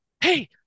hey